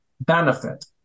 benefit